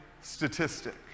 statistic